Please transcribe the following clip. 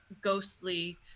ghostly